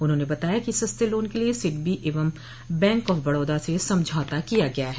उन्होंने बताया कि सस्ते लोन के लिये सिडबी एवं बैंक ऑफ बड़ौदा से समझौता किया गया है